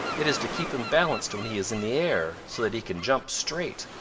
it is to keep him balanced when he is in the air so that he can jump straight.